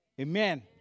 Amen